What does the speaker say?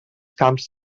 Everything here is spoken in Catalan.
camps